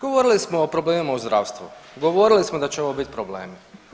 Govorili smo o problemima u zdravstvu, govorili smo da će ovo biti problemi.